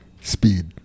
Speed